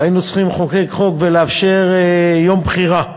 והיינו צריכים לחוקק חוק ולאפשר יום בחירה לשומרונים.